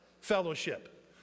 fellowship